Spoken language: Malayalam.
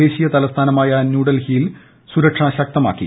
ദേശീയ തലസ്ഥാനമായ ന്യൂഡൽഹിയിൽ ്സുരക്ഷ ശക്തമാക്കി